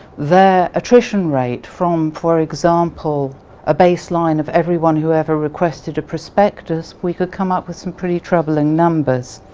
their attrition rate from for example a baseline of everyone whoever requested a prospectus we could come up with some pretty troubling numbers.